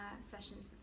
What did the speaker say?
sessions